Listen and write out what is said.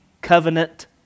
covenant